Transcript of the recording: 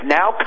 now